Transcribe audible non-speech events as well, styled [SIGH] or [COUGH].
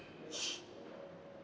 [BREATH]